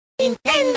¡Nintendo